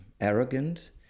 arrogant